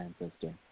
ancestor